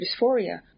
dysphoria